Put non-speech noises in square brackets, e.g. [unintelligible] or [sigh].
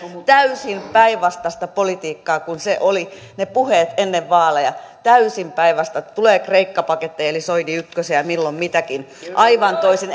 täysin päinvastaista politiikkaa kuin ne puheet olivat ennen vaaleja täysin päinvastaista tulee kreikka paketteja eli soini ykkösiä ja milloin mitäkin aivan toisin [unintelligible]